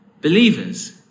Believers